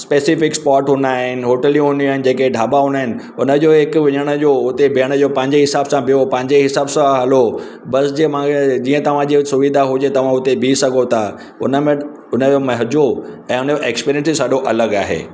specific spot हूंदा आहिनि होटलियूं हूंदियूं आहिनि जेके ढाबा हूंदा आहिनि उनजो हिकु वञण जो हुते बीहण जो पंहिंजे हिसाब सां बीहो पंहिंजे हिसाब सां हलो बस जंहिंमहिल जीअं तव्हांजी सुविधा हुजे तव्हां उते बीह सघो तव्हां उनमें उनजो मज़ो ऐं हुनजो एक्सपीरियंस ई ॾाढो अलॻि आहे